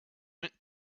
went